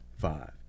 five